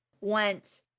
went